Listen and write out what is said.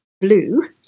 blue